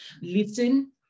listen